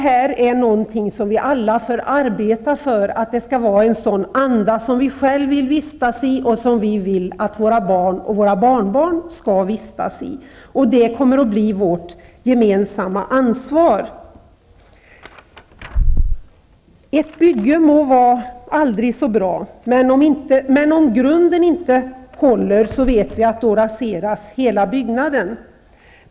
Vi får alla arbeta för att det skall vara en sådan anda som vi själva vill vistas i och som vi vill att våra barn och våra barnbarn skall vistas i. Det kommer att bli vårt gemensamma ansvar. Ett bygge må vara aldrig så bra, men om grunden inte håller vet vi att hela byggnaden raseras.